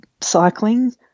cycling